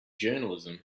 journalism